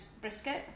brisket